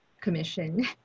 commission